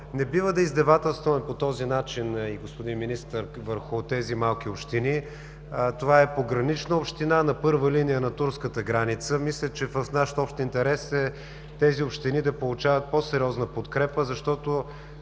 не бива да издевателстваме по такъв начин, господин Министър, върху тези малки общини. Това е погранична община, на първа линия на турската граница – мисля, че в наш общ интерес е тези общини да получават по-сериозна подкрепа, защото,